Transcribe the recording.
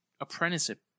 apprenticeship